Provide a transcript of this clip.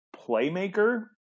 playmaker